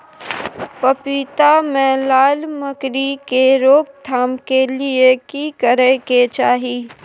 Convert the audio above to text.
पपीता मे लाल मकरी के रोक थाम के लिये की करै के चाही?